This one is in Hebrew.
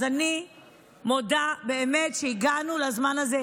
אז אני מודה באמת שהגענו לזמן הזה,